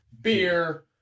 Beer